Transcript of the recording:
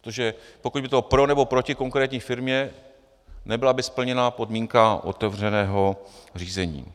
Protože pokud by to bylo pro nebo proti konkrétní firmě, nebyla by splněna podmínka otevřeného řízení.